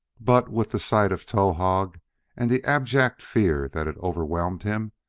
but, with the sight of towahg and the abject fear that had overwhelmed him,